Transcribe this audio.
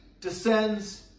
descends